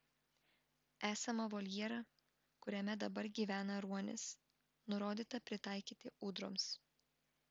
esamą voljerą kuriame dabar gyvena ruonis nurodyta pritaikyti ūdroms